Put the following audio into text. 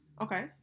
Okay